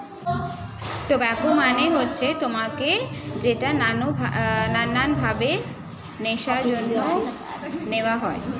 tobacco মানে হচ্ছে তামাক যেটা নানান ভাবে নেশার জন্য নেওয়া হয়